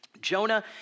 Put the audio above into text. Jonah